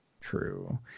True